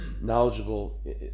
knowledgeable